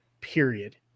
period